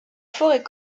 forêt